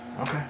Okay